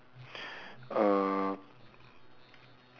uh